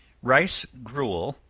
rice gruel,